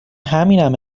همینم